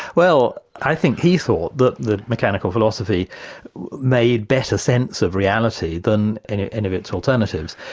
well i think he thought that the mechanical philosophy made better sense of reality than any and of its alternatives,